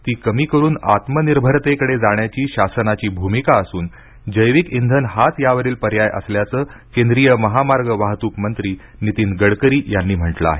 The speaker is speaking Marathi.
ती कमी करून आत्मनिर्भरतेकडे जाण्याची शासनाची भूमिका असून जैविक इंधन हाच यावरील पर्याय असल्याचं केंद्रीय महामार्ग वाहत्रक मंत्री नितीन गडकरी यांनी म्हटलं आहे